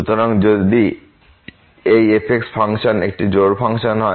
সুতরাং যদি এই f ফাংশন একটি জোড় ফাংশন হয়